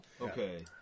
okay